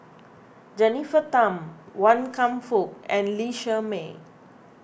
Jennifer Tham Wan Kam Fook and Lee Shermay